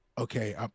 Okay